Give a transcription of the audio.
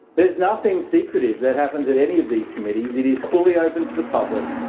there's nothing secretive that happens at any of these committees. it is fully open to the public.